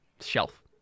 shelf